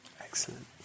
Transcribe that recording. Excellent